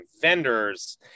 vendors